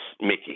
Mickey